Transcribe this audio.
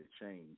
change